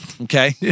Okay